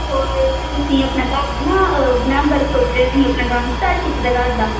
ਹੋਰ ਤੁਸੀਂ ਆਪਣਾ ਘਰ ਬਣਾ ਬਣਾਉਣ ਬਾਰੇ ਸੋਚ ਰਹੇ ਤੁਸੀਂ ਆਪਣਾ ਕੰਮ ਸਟਾਰਟ ਕੀਤੇ ਤੇ ਘਰ ਦਾ